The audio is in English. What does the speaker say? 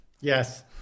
Yes